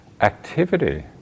activity